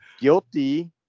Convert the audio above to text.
guilty